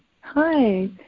Hi